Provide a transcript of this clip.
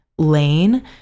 lane